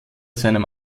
seinem